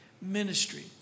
ministry